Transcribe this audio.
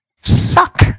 Suck